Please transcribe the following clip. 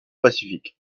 pacifique